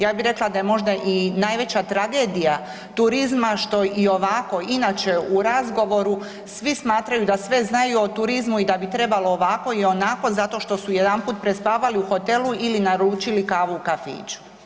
Ja bih rekla da je možda i najveća tragedija turizma što i ovako inače u razgovoru svi smatraju da sve znaju o turizmu i da bi trebalo ovako ili onako zato što su jedanput prespavali u hotelu ili naručili kavu u kafiću.